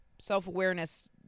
Self-awareness